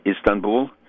Istanbul